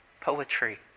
poetry